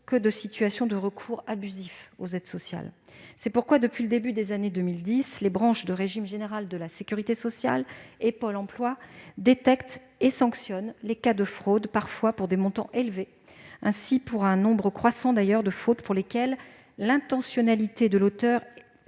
que de situations de recours abusifs aux aides sociales. C'est pourquoi, depuis le début des années 2010, les branches de régime général de la sécurité sociale et Pôle emploi détectent et sanctionnent les cas de fraude, parfois pour des montants élevés- pour un nombre croissant d'entre elles, d'ailleurs, l'intentionnalité de l'auteur